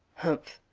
humph!